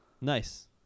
Nice